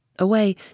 away